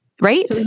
Right